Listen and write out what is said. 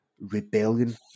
rebellion